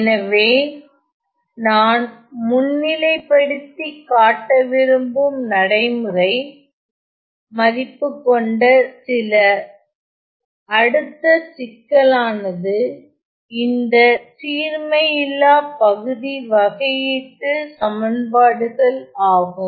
எனவே நான் முன்னிலைப்படுத்தி காட்ட விரும்பும் நடைமுறை மதிப்புக் கொண்ட அடுத்த சிக்கலானது இந்த சீர்மையில்லா பகுதி வகையீட்டுச் சமன்பாடுகள் ஆகும்